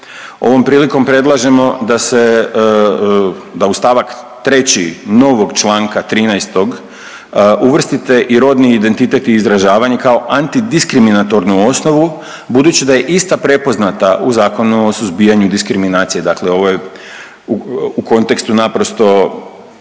Ovom prilikom predlažemo da se, da u st. 3 novog čl. 13. uvrstite i rodni identitet i izražavanje kao antidiskriminatornu osnovu budući da je ista prepoznata u Zakonu o suzbijanju diskriminacije, dakle ovo je u kontekstu naprosto